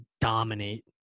dominate